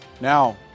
Now